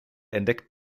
entdeckt